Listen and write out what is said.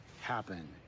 happen